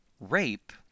rape